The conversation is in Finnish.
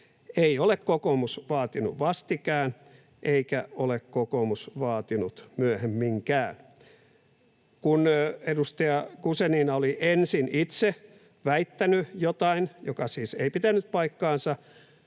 Ei ole kokoomus vaatinut vastikään, eikä ole kokoomus vaatinut myöhemminkään. Kun edustaja Guzenina oli ensin itse väittänyt jotain, mikä siis ei pitänyt paikkaansa,